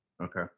Okay